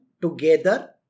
together